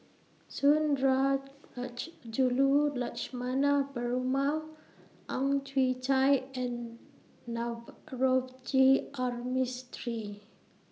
Sundarajulu Lakshmana Perumal Ang Chwee Chai and Navroji R Mistri